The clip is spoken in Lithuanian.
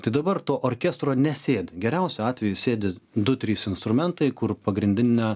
tai dabar to orkestro nesėdi geriausiu atveju sėdi du trys instrumentai kur pagrindinę